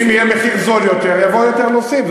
אם יהיה מחיר זול יותר יבואו יותר נוסעים.